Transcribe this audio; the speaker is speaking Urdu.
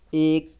ایک